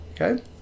okay